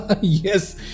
yes